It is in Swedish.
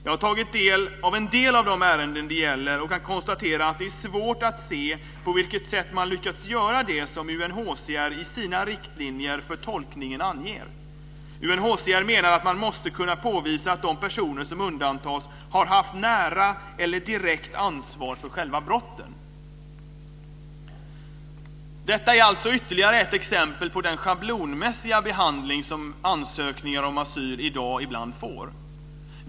Jag har tagit del av vissa av de ärenden det gäller och kan konstatera att det är svårt att se på vilket sätt man lyckats göra det som UNHCR i sina riktlinjer för tolkningen anger. UNHCR menar att man måste kunna påvisa att de personer som undantas har haft nära eller direkt ansvar för själva brotten. Detta är alltså ytterligare ett exempel på den schablonmässiga behandling som ansökningar om asyl i dag ibland får.